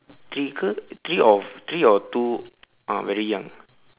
three ke three or three or two ah very young